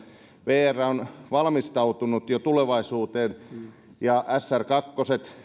vr on valmistautunut jo tulevaisuuteen sr kakkosia on